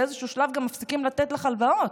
באיזשהו שלב גם מפסיקים לתת לך הלוואות.